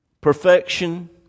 perfection